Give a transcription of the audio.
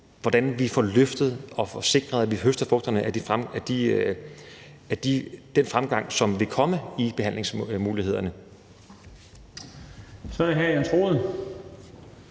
hvordan vi får løftet og får sikret, at vi høster frugterne af den fremgang, som vil komme i behandlingsmulighederne. Kl. 15:37 Den fg.